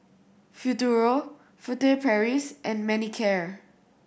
Futuro Furtere Paris and Manicare